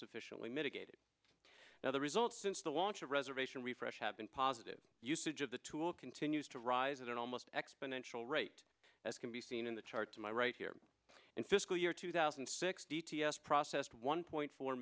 sufficiently mitigated now the result since the launch of reservation refresh have been positive usage of the tool continues to rise at almost exponential rate as can be seen in the chart to my right here in fiscal year two thousand and six d t s processed one point four